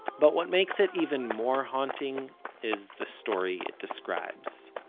but what makes it even more haunting is the story it describes.